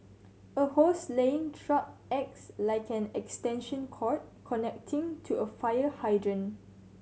a hose laying truck acts like an extension cord connecting to a fire hydrant